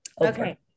Okay